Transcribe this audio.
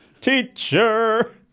teacher